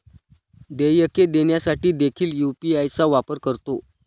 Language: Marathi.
देयके देण्यासाठी देखील यू.पी.आय चा वापर करतो